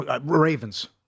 Ravens